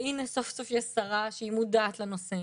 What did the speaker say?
והנה, סוף סוף יש שרה שהיא מודעת לנושא.